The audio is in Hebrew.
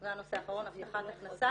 זה הנושא האחרון, הבטחת הכנסה.